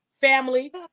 family